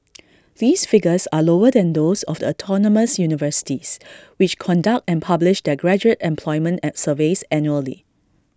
these figures are lower than those of the autonomous universities which conduct and publish their graduate and employment and surveys annually